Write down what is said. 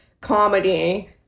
comedy